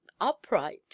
upright